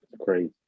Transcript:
crazy